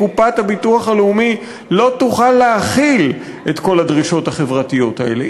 קופת הביטוח הלאומי לא תוכל להכיל את כל הדרישות החברתיות האלה.